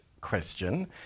question